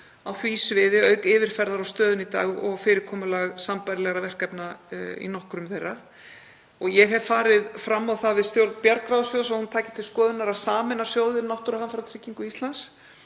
á því sviði auk yfirferðar á stöðunni í dag og fyrirkomulag sambærilegra verkefna í nokkrum þeirra. Ég hef farið fram á það við stjórn Bjargráðasjóðs að hún taki til skoðunar að sameina sjóðinn Náttúruhamfaratryggingu Íslands